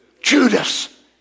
Judas